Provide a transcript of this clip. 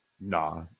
Nah